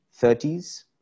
30s